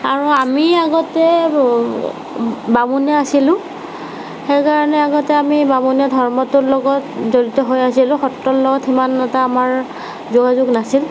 আৰু আমি আগতে বামুণীয়া আছিলোঁ সেইকাৰণে আগতে আমি বামুণীয়া ধৰ্মটোৰ লগত জড়িত হৈ আছিলোঁ সত্ৰৰ লগত সিমান এটা আমাৰ যোগাযোগ নাছিল